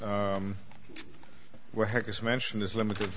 is mentioned is limited